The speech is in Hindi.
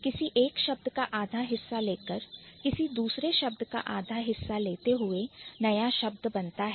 किसी एक शब्द का आधा हिस्सा लेकर किसी दूसरे शब्द का आधा हिस्सा लेते हुए नया शब्द बनाते हैं